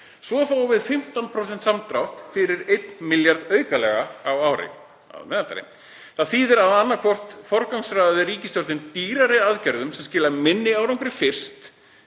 Svo fáum við 15% samdrátt fyrir 1 milljarð aukalega á ári að meðaltali. Það þýðir að annaðhvort forgangsraðaði ríkisstjórnin dýrari aðgerðum sem skiluðu minni árangri fyrst,